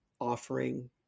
offering